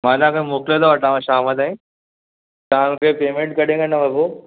मां तव्हांखे मोकिले थो वठांव शाम ताईं तव्हां मूंखे पेमेंट कॾहिं कंदव पोइ